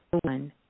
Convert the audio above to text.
one